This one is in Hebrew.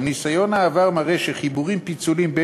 גם ניסיון העבר מראה שחיבורים ופיצולים בין